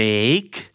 Make